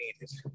needed